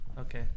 Okay